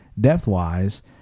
depth-wise